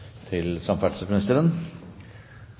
til samferdselsministeren: